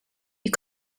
you